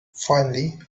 finally